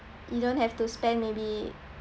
you don't have to spend maybe